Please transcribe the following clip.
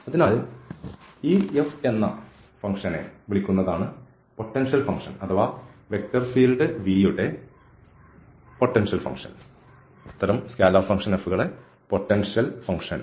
അതിനാൽ ഈ f എന്ന ഫങ്ക്ഷന്നെ വിളിക്കുന്നതാണ് പൊട്ടൻഷ്യൽ ഫങ്ക്ഷൻ അഥവാ വെക്റ്റർ ഫീൽഡ് V യുടെ പൊട്ടൻഷ്യൽ ഫങ്ക്ഷൻ